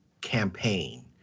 campaign